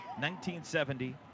1970